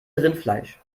rindfleisch